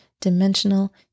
dimensional